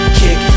kick